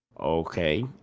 okay